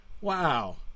Wow